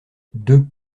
deux